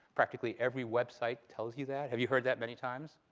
practically every website tells you that. have you heard that many times?